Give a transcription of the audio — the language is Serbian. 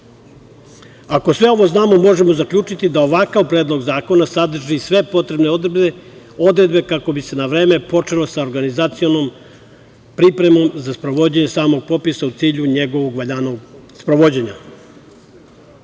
sve ovo znamo, možemo zaključiti da ovakav Predlog zakona sadrži sve potrebne odredbe kako bi se na vreme počelo sa organizacijom i pripremom za sprovođenje samog popisa, u cilju njegovog valjanog sprovođenja.U